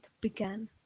began